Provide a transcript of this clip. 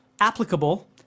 applicable